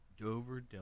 Dover